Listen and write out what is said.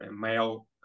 male